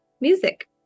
music